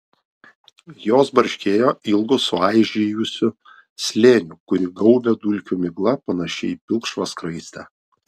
jos barškėjo ilgu suaižėjusiu slėniu kurį gaubė dulkių migla panaši į pilkšvą skraistę